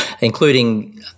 including